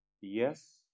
yes